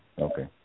Okay